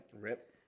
Rip